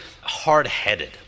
hard-headed